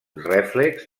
reflex